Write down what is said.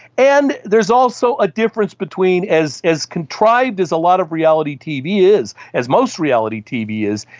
and there's also a difference between, as as contrived as a lot of reality tv is, as most reality tv is,